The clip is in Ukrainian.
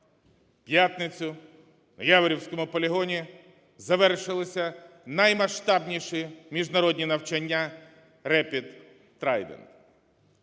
п'ятницю в Яворівському полігоні завершилися наймасштабніші міжнародні навчання Rapid Trident.